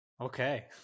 Okay